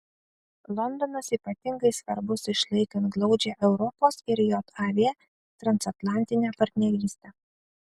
londonas ypatingai svarbus išlaikant glaudžią europos ir jav transatlantinę partnerystę